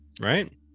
right